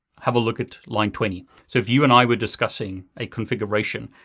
have a look at line twenty. so if you and i were discussing a configuration,